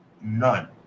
none